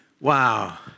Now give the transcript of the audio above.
Wow